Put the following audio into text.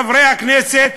חברי הכנסת,